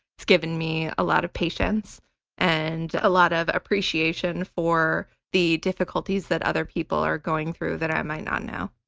it's given me a lot of patience and a lot of appreciation for the difficulties that other people are going through that i might not know.